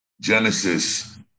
Genesis